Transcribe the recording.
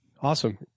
Awesome